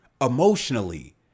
emotionally